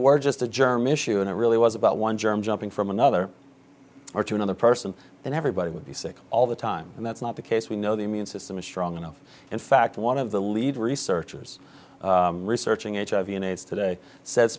were just a germ issue and it really was about one germ jumping from another or to another person then everybody would be sick all the time and that's not the case we know the immune system is strong enough in fact one of the lead researchers researching each of units today says